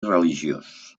religiós